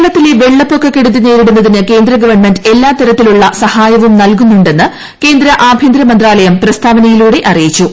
കേരളത്തിലെ വെള്ളപ്പൊക്ക കെടുതി നേരിടുന്നതിന് കേന്ദ്ര ഗവൺമെന്റ് എല്ലാത്തരത്തിലുള്ള സഹായവും നൽകുന്നുണ്ടെന്ന് കേന്ദ്ര ആഭ്യന്തരമന്ത്രാലയം പ്രസ്താവനയിലൂടെ അറിയിച്ചു